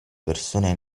persone